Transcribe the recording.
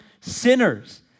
sinners